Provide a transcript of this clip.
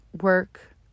work